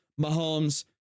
Mahomes